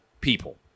people